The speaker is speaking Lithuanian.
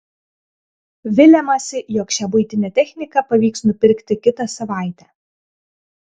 viliamasi jog šią buitinę techniką pavyks nupirkti kitą savaitę